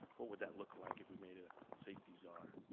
what would that look like if we made a safety czar?